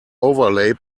overlay